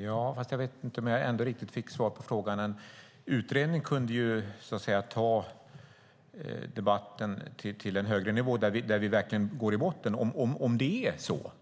Fru talman! Jag vet inte om jag riktigt fick svar på frågan. En grundlig utredning kunde ju ta debatten till en högre nivå. Då får vi veta om det är så